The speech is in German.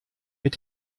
mit